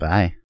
Bye